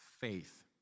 faith